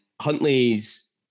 Huntley's